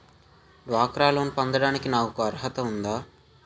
డ్వాక్రా లోన్ పొందటానికి నాకు అర్హత ఉందా?